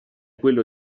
quello